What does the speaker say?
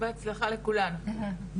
בהצלחה לכולם.